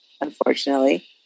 unfortunately